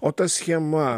o ta schema